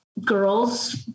Girls